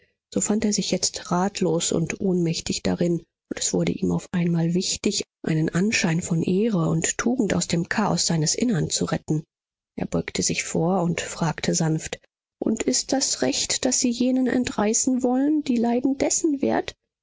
so fand er sich jetzt ratlos und ohnmächtig darin und es wurde ihm auf einmal wichtig einen anschein von ehre und tugend aus dem chaos seines innern zu retten er beugte sich vor und fragte sanft und ist das recht das sie jenen entreißen wollen die leiden dessen wert